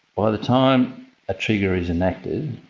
by the time a trigger is enacted,